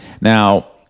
Now